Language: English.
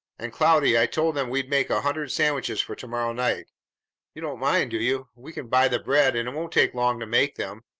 and, cloudy, i told them we'd make a hundred sandwiches for to-morrow night you don't mind, do you? we can buy the bread, and it won't take long to make them.